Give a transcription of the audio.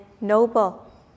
noble